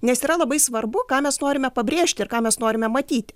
nes yra labai svarbu ką mes norime pabrėžti ir ką mes norime matyti